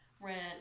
rent